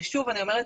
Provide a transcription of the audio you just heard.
ושוב אני אומרת,